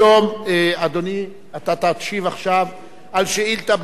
אדוני, אתה תשיב עכשיו על שאילתא בעל-פה